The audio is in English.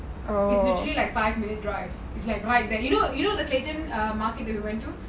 literally like five minute drive it's like right there you know you know the clayton market that we went through